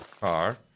car